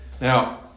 Now